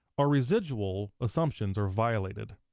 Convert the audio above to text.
our residual assumptions are violated.